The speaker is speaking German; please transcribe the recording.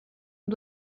und